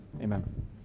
amen